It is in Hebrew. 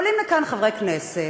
עולים לכאן חברי כנסת,